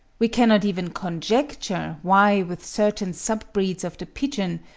we cannot even conjecture why with certain sub-breeds of the pigeon,